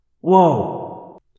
Whoa